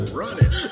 running